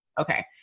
okay